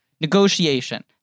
negotiation